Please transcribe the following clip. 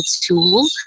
tool